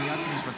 בבקשה, בבקשה.